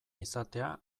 izatea